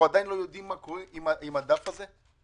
עדיין לא יודעים מה קורה עם הדף הזה,